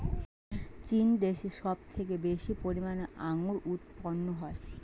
চীন দেশে সব থেকে বেশি পরিমাণে আঙ্গুর উৎপন্ন হয়